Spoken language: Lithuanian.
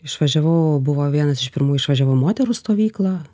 išvažiavau buvo vienas iš pirmųjų išvažiavau į moterų stovyklą